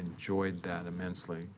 enjoyed that immensely